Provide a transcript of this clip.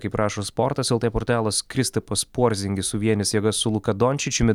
kaip rašo sportas lt portalas kristupas porzingis suvienys jėgas su luka donšičiumi